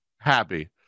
happy